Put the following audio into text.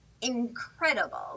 incredible